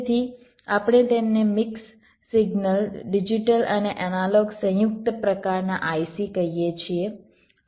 તેથી આપણે તેમને મિક્સ સિગ્નલ ડિજિટલ અને એનાલોગ સંયુક્ત પ્રકારના IC કહીએ છીએ